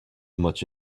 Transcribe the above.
much